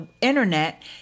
internet